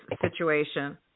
situation